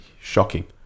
Shocking